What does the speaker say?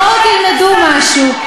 בואו תלמדו משהו,